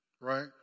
right